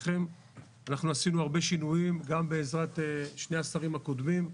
עשינו הרבה שינויים, גם בעזרת שני השרים הקודמים.